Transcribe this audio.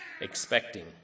expecting